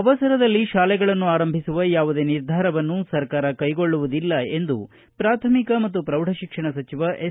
ಅವಸರದಲ್ಲಿ ಶಾಲೆಗಳನ್ನು ಆರಂಭಿಸುವ ಯಾವುದೇ ನಿರ್ಧಾರವನ್ನು ಸರ್ಕಾರ ಕೈಗೊಳ್ಳುವುದಿಲ್ಲ ಎಂದು ಪ್ರಾಥಮಿಕ ಮತ್ತು ಪ್ರೌಢಶಿಕ್ಷಣ ಸಜಿವ ಎಸ್